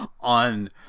on